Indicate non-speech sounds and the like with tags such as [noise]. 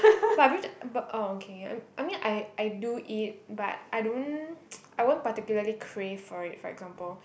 but a bit but oh okay I'm I mean I I do eat but I don't [noise] I won't particularly crave for it for example